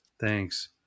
Thanks